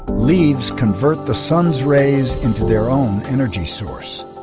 leaves convert the sun's rays into their own energy source.